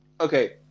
Okay